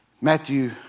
Matthew